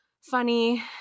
funny